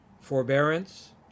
forbearance